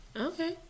Okay